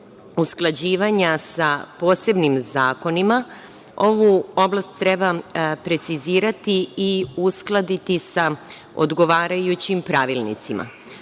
usklađivanja sa posebnim zakonima, ovu oblast treba precizirati i uskladiti sa odgovarajućim pravilnicima. Zakon